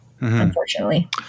Unfortunately